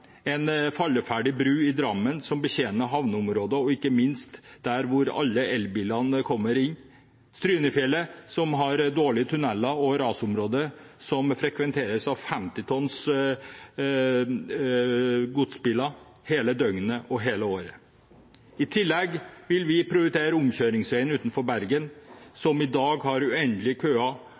en falleferdig bro i Drammen som betjener havneområdet og ikke minst området der alle elbilene kommer inn. Strynefjellet har dårlige tunneler og rasområder og frekventeres av femtitonns godsbiler hele døgnet og hele året. I tillegg vil vi prioritere omkjøringsveien utenfor Bergen, som i dag har uendelige køer,